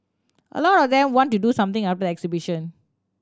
a lot of them want to do something after the exhibition